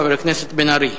חבר הכנסת בן-ארי.